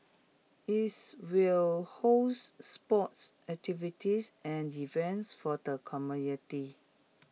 its will host sports activities and events for the community